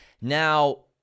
now